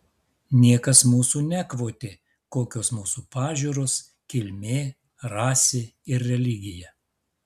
niekas mūsų nekvotė kokios mūsų pažiūros kilmė rasė ir religija